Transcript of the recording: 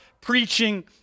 preaching